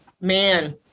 man